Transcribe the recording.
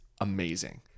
amazing